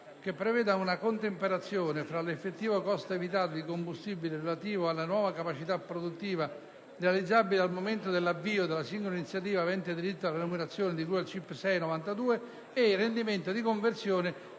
che preveda un contemperamento tra l'effettivo costo evitato di combustibile, relativo alla nuova capacità produttiva realizzabile al momento dell'avvio della singola iniziativa avente diritto alla numerazione di cui al CIP n. 6/92, ed il rendimento di conversione